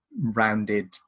rounded